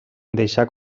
deixà